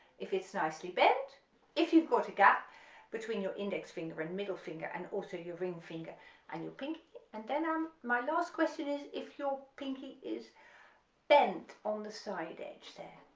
if it's nicely bent if you've got a gap between your index finger and middle finger, and also your ring finger and your pinky, and then um my last question is if your pinky is bent on the side edge there?